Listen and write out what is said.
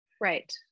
right